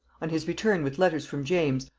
on his return with letters from james,